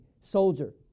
soldier